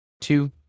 Two